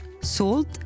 salt